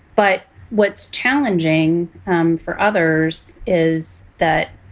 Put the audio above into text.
but what's challenging um for others is that,